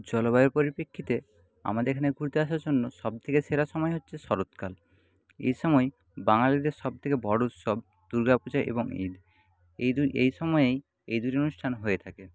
জলবায়ুর পরিপ্রেক্ষিতে আমাদের এখানে ঘুরতে আসার জন্য সব থেকে সেরা সময় হচ্ছে শরৎকাল এই সময় বাঙালিদের সব থেকে বড় উৎসব দুর্গাপুজা এবং ঈদ এই দুই এই সময়ই এই দুটি অনুষ্ঠান হয়ে থাকে